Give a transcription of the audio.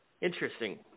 interesting